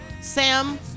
Sam